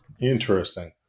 Interesting